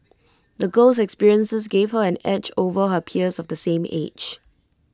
the girl's experiences gave her an edge over her peers of the same age